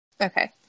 Okay